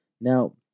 Now